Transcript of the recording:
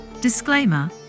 Disclaimer